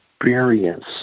experience